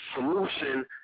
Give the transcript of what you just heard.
solution